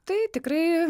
tai tikrai